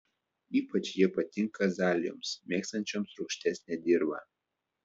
ypač jie patinka azalijoms mėgstančioms rūgštesnę dirvą